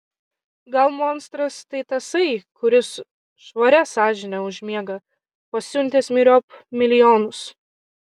gal monstras tai tasai kuris švaria sąžine užmiega pasiuntęs myriop milijonus